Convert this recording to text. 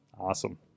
awesome